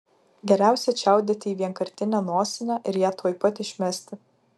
geriausia čiaudėti į vienkartinę nosinę ir ją tuoj pat išmesti